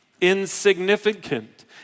insignificant